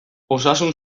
osasun